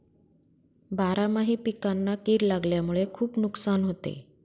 बारामाही पिकांना कीड लागल्यामुळे खुप नुकसान होते